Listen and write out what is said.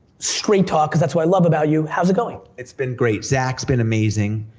straight talk, cause that's what i love about you, how's it going? it's been great, zach's been amazing.